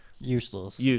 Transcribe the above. useless